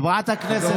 להפך.